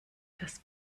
das